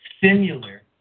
similar